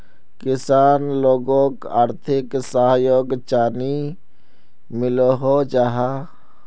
किसान लोगोक आर्थिक सहयोग चाँ नी मिलोहो जाहा?